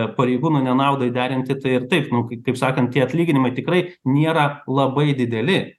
pareigūnų nenaudai derinti tai ir taip nu kaip sakant tie atlyginimai tikrai nėra labai dideli